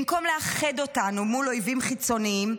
במקום לאחד אותנו מול אויבים חיצוניים,